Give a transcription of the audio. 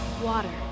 Water